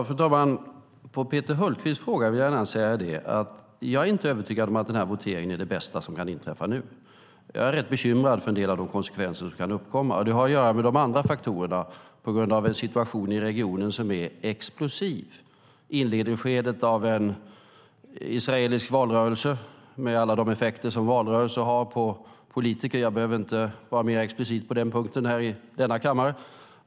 Fru talman! På Peter Hultqvists fråga vill jag gärna säga att jag inte är övertygad om att den här voteringen är det bästa som kan inträffa nu. Jag är rätt bekymrad för en del av de konsekvenser som kan uppkomma. Det har att göra med de andra faktorerna, på grund av en situation i regionen som är explosiv. Det är inledningsskedet av en israelisk valrörelse, med alla de effekter som valrörelser har på politiker - jag behöver inte vara mer explicit på den punkten i denna kammare.